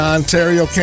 Ontario